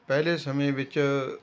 ਪਹਿਲੇ ਸਮੇਂ ਵਿੱਚ